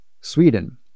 Sweden